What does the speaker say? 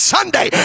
Sunday